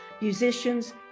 musicians